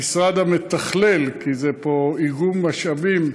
המשרד המתכלל, כי יש פה איגום משאבים,